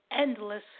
endless